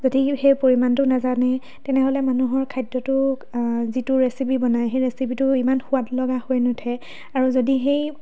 যদি সেই পৰিমাণটো নেজানে তেনেহ'লে মানুহৰ খাদ্যটো যিটো ৰেচিপি বনাই সেই ৰেচিপিটো ইমান সোৱাদ লগা হৈ নুঠে আৰু যদি সেই